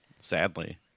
sadly